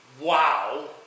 wow